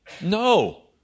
No